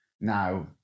now